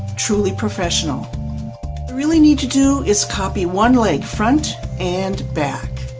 truly professional really need to do is copy one leg front and back.